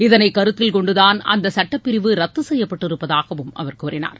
இதனை கருத்தில் கொண்டுதான் அந்த சுட்டப்பிரிவு ரத்து செய்யப்பட்டிருப்பதாகவும் அவர் கூறினார்